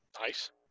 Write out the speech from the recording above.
nice